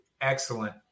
excellent